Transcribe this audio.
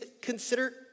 consider